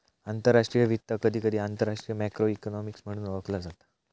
आंतरराष्ट्रीय वित्त, कधीकधी आंतरराष्ट्रीय मॅक्रो इकॉनॉमिक्स म्हणून ओळखला जाता